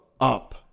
up